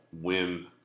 win